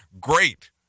Great